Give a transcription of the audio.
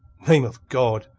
name of god!